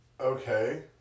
Okay